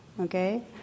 Okay